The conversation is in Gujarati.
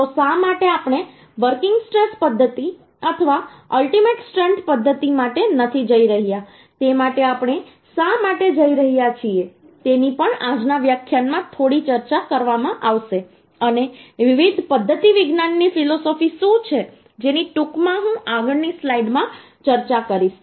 તો શા માટે આપણે વર્કિંગ સ્ટ્રેસ પદ્ધતિ અથવા અલ્ટીમેટ સ્ટ્રેન્થ પદ્ધતિ માટે નથી જઈ રહ્યા તે માટે આપણે શા માટે જઈ રહ્યા છીએ તેની પણ આજના વ્યાખ્યાનમાં થોડી ચર્ચા કરવામાં આવશે અને વિવિધ પદ્ધતિવિજ્ઞાનની ફિલોસોફી શું છે જેની ટૂંકમાં હું આગળની સ્લાઈડ્સમાં ચર્ચા કરીશ